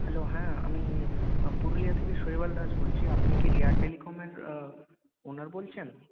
hello হ্যাঁ আমি পুরুলিয়া থেকে শৈবাল দাস বলছি আপনি কি রিয়া টেলিকমের ওনার বলছেন